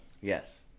Yes